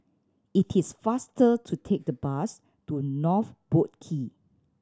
it is faster to take the bus to North Boat Quay